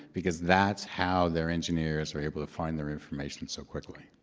because that's how their engineers were able to find their information so quickly.